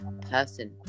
person